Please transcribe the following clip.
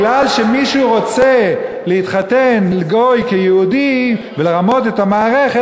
מכיוון שמישהו גוי רוצה להתחתן כיהודי ולרמות את המערכת,